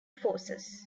forces